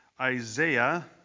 Isaiah